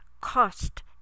cost